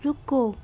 रुको